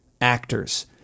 actors